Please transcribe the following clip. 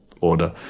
order